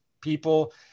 people